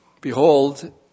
Behold